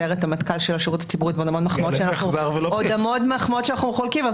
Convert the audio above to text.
סיירת המטכ"ל של השירות הציבורי ועוד המון מחמאות שאנחנו חולקים,